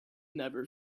never